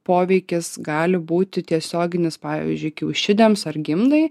poveikis gali būti tiesioginis pavyzdžiui kiaušidėms ar gimdai